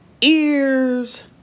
Ears